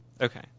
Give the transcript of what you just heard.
Okay